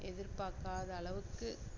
எதிர்பார்க்காத அளவுக்கு